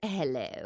Hello